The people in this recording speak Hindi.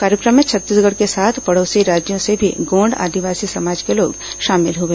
कार्यक्रम में छत्तीसगढ़ के साथ पड़ोसी राज्यों से भी गोंड आदिवासी समाज के लोग शामिल हुए